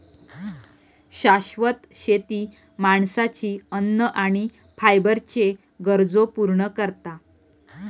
शाश्वत शेती माणसाची अन्न आणि फायबरच्ये गरजो पूर्ण करता